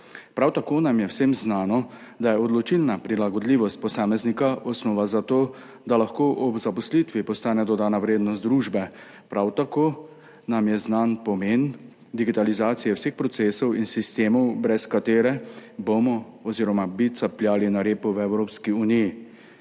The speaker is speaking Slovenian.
Prav tako nam je vsem znano, da je prilagodljivost posameznika osnova za to, da lahko ob zaposlitvi postane dodana vrednost družbe. Prav tako nam je znan pomen digitalizacije vseh procesov in sistemov, brez katere bomo oziroma bi capljali na repu v Evropski uniji.